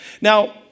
Now